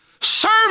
Serve